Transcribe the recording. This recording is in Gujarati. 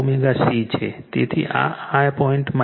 તેથી જ આ આ પોઈન્ટ Im ω C છે